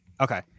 okay